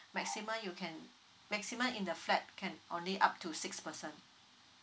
maximum you can maximum in the flat can only up to six person